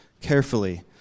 carefully